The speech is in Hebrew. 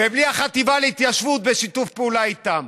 ובלי החטיבה להתיישבות ושיתוף פעולה איתם.